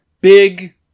big